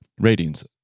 Ratings